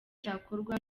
cyakorwa